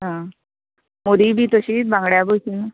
मोरी बी तशीत बांगड्या बशेनू